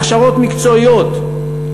הכשרות מקצועיות,